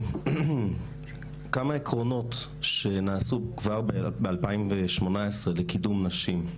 כמה עקרונות שנעשו כבר ב-2018 לקידום נשים.